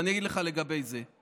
ואני אגיד לך לגבי זה.